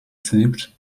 slip